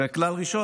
וכלל ראשון,